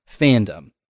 fandom